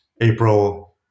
April